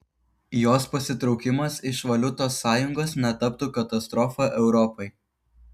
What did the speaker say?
jos pasitraukimas iš valiutos sąjungos netaptų katastrofa europai